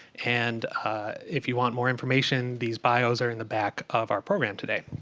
and if you want more information, these bios are in the back of our program today.